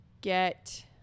get